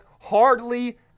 hardly